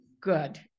Good